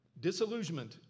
disillusionment